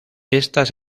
estas